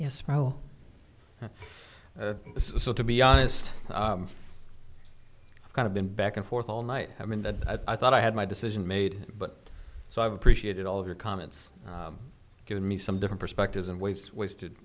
yes well so to be honest i kind of been back and forth all night i mean that i thought i had my decision made but so i've appreciated all of your comments giving me some different perspectives and ways wasted